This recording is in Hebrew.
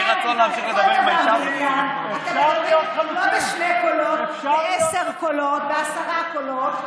אתם מדברים לא בשני קולות, בעשרה קולות.